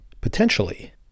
potentially